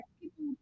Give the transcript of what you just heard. people